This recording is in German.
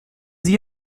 sie